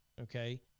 okay